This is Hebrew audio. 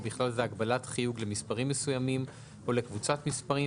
ובכלל זה הגבלת חיוג למספרים מסוימים או לקבוצת מספרים